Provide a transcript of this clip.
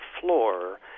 floor